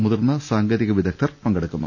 മുതിർന്ന സാങ്കേ തിക വിദഗ്ധർ പങ്കെടുക്കുന്നു